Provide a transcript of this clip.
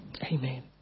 Amen